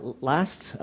Last